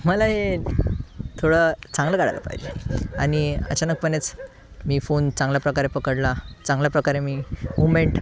मला हे थोडं चांगलं काढायला पाहिजे आणि अचानकपणेच मी फोन चांगल्या प्रकारे पकडला चांगल्या प्रकारे मी मुमेंट